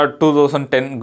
2010